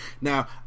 Now